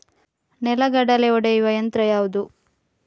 ನೆಲಗಡಲೆ ಒಡೆಯುವ ಯಂತ್ರ ಯಾವುದು?